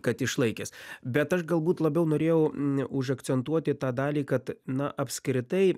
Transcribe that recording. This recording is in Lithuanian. kad išlaikęs bet aš galbūt labiau norėjau užakcentuoti tą dalį kad na apskritai